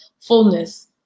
fullness